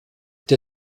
der